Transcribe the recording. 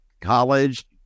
college